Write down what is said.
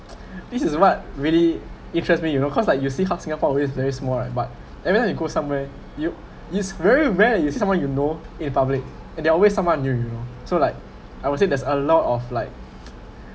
this is what really interest me you know cause like you see how singapore is very small right but and then when you go somewhere you is very rare you see someone you know in public and there're always someone new you know so like I would say there's a lot of like